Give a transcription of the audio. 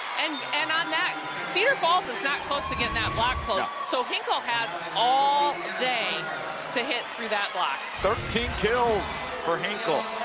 and and on that cedar falls is not closing in on that block so hinkle has all day to hit through that block. thirteen kills for hinkle.